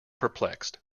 perplexed